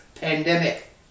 pandemic